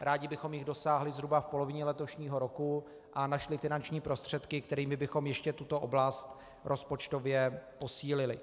Rádi bychom jich dosáhli zhruba v polovině letošního roku a našli prostředky, kterými bychom ještě tuto oblast rozpočtově posílili.